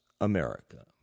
America